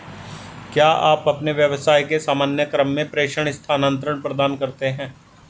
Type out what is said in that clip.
क्या आप अपने व्यवसाय के सामान्य क्रम में प्रेषण स्थानान्तरण प्रदान करते हैं?